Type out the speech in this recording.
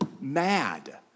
mad